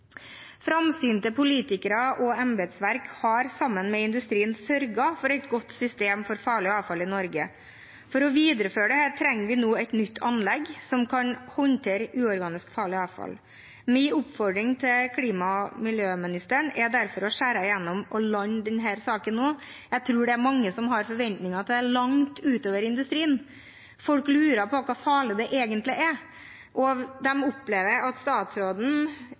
politikere og embetsverk har sammen med industrien sørget for et godt system for farlig avfall i Norge. For å videreføre dette trenger vi nå et nytt anlegg som kan håndtere uorganisk farlig avfall. Min oppfordring til klima- og miljøministeren er derfor å skjære igjennom og lande denne saken nå. Jeg tror det er mange som har forventninger til dette – langt utover industrien. Folk lurer på hvor farlig det egentlig er, og de opplever kanskje at statsråden